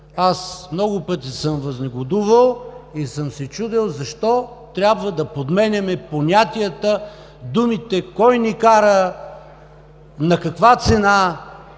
Аз много пъти съм възнегодувал и съм се чудел защо трябва да подменяме понятията, думите, кой ни кара, на каква цена,